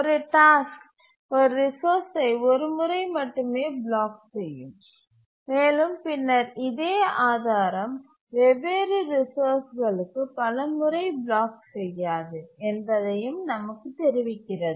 ஒரு டாஸ்க் ஒரு ரிசோர்ஸ்சை ஒரு முறை மட்டுமே பிளாக் செய்யும் மேலும் பின்னர் இதே ஆதாரம் வெவ்வேறு ரிசோர்ஸ்களுக்கு பல முறை பிளாக் செய்யாது என்பதையும் நமக்கு தெரிவிக்கிறது